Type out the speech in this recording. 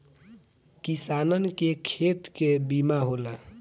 किसानन के खेत के बीमा होला